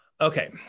Okay